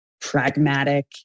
pragmatic